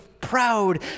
proud